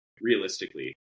realistically